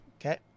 Okay